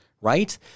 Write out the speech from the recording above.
right